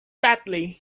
badly